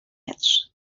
edge